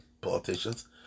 politicians